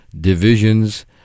divisions